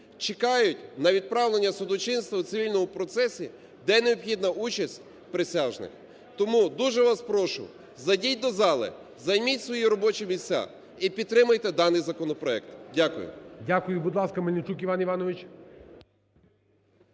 чекають на відправлення судочинства у цивільному процесі, де необхідна участь присяжних. Тому дуже вас прошу, зайдіть до зали, займіть свої робочі місця і підтримайте даний законопроект. Дякую. ГОЛОВУЮЧИЙ. Дякую. Будь ласка, Мельничук Іван Іванович.